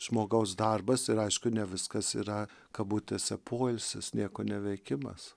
žmogaus darbas ir aišku ne viskas yra kabutėse poilsis nieko neveikimas